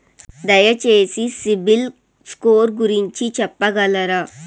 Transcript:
దయచేసి CIBIL score గురించి చెప్పగలరా?